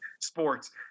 sports